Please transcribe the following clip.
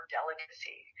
Delicacy